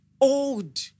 old